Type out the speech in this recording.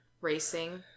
racing